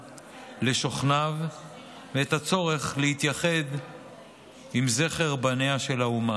לשוכניו ואת הצורך להתייחד עם זכר בניה של האומה.